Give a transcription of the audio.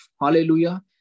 hallelujah